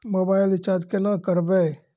Mobile recharge केना करबै?